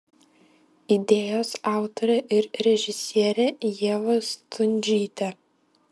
idėjos autorė ir režisierė ieva stundžytė